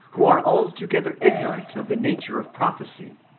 who are altogether ignorant of the nature of pro phecy.